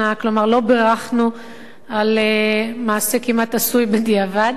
על שעמלה על החוק במהירות,